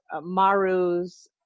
Maru's